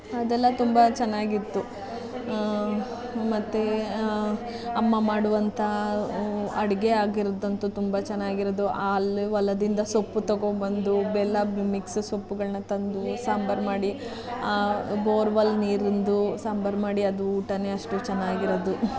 ಅದೆಲ್ಲ ತುಂಬ ಚೆನ್ನಾಗಿತ್ತು ಮತ್ತು ಅಮ್ಮ ಮಾಡುವಂಥ ಅಡುಗೆ ಆಗಿರೋದಂತೂ ತುಂಬ ಚೆನ್ನಾಗಿರೋದು ಅಲ್ಲಿ ಹೊಲದಿಂದ ಸೊಪ್ಪು ತಗೋಬಂದು ಬೆಲ್ಲ ಮಿಕ್ಸ್ ಸೊಪ್ಪುಗಳನ್ನು ತಂದು ಸಾಂಬಾರು ಮಾಡಿ ಆ ಬೋರ್ವೆಲ್ ನೀರಿಂದು ಸಾಂಬಾರು ಮಾಡಿ ಅದು ಊಟವೇ ಅಷ್ಟು ಚೆನ್ನಾಗಿರೋದು